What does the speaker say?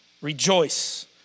Rejoice